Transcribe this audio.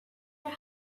حال